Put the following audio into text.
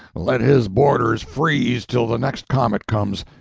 let his boarders freeze till the next comet comes.